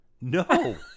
No